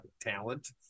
talent